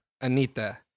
Anita